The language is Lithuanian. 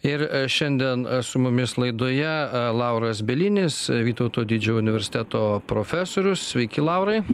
ir šiandien su mumis laidoje lauras bielinis vytauto didžio universiteto profesorius sveiki laurai